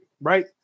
right